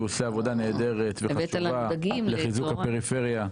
שהוא עושה עבודה נהדרת וחשובה לחיזוק הפריפריה.